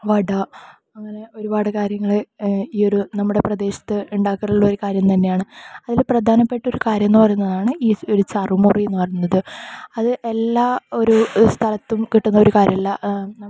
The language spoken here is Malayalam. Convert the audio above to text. വട അങ്ങനെ ഒരുപാട് കാര്യങ്ങള് ഈ ഒരു നമ്മടെ പ്രദേശത്ത് ഉണ്ടാക്കാറുള്ളൊരു കാര്യം തന്നെയാണ് അതില് പ്രധാനപ്പെട്ട ഒരു കാര്യം എന്നുപറയുന്നതാണ് ഈ ഒര് ചറുമുറു എന്ന് പറയുന്നത് അത് എല്ലാ ഒരു സ്ഥലത്തും കിട്ടുന്ന ഒരു കാര്യമല്ല നമ്മുടെ നാട്ടില്